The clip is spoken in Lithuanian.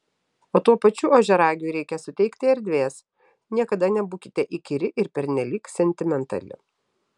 o tuo pačiu ožiaragiui reikia suteikti erdvės niekada nebūkite įkyri ir pernelyg sentimentali